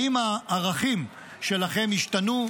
האם הערכים שלכם השתנו?